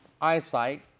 eyesight